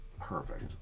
Perfect